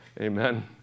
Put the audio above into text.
Amen